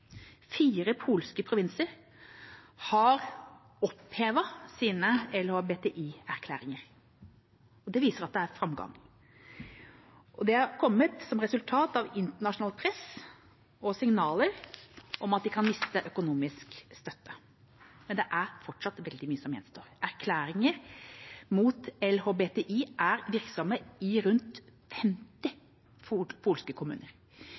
Fire polske provinser har opphevet sine anti-LHBTI-erklæringer. Det viser at det er framgang. Dette har kommet som resultat av internasjonalt press og signaler om at de kan miste økonomisk støtte. Men det er fortsatt veldig mye som gjenstår. Erklæringer mot LHBTI er virksomme i rundt 50 polske kommuner.